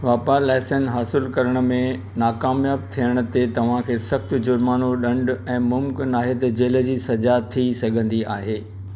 वापारु लाइसेंस हासिलु करण में नाक़ामियाबु थियण ते तव्हांखे सख़्तु जुर्माणो डं॒ढु ऐं मुमकिन आहे त जेल जी सजा थी सघंदी आहे